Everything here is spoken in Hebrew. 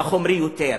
לחומרי יותר.